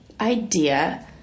idea